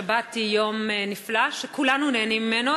שבת היא יום נפלא שכולנו נהנים ממנו.